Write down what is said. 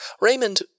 Raymond